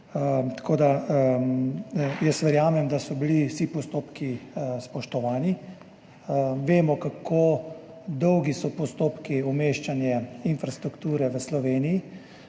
ministrstvu. Verjamem, da so bili vsi postopki spoštovani. Vemo, kako dolgi so postopki umeščanja infrastrukture v Sloveniji,